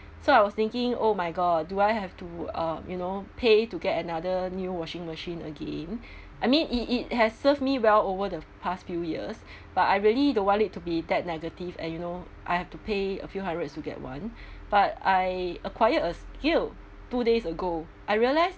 so I was thinking oh my god do I have to uh you know pay to get another new washing machine again I mean it it has served me well over the past few years but I really don't want it to be that negative and you know I have to pay a few hundreds to get one but I acquired a skill two days ago I realized